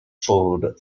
food